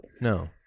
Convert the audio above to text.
no